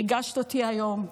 ריגשת אותי היום.